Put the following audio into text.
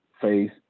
face